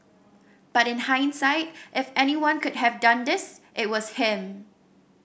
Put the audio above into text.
but in hindsight if anyone could have done this it was him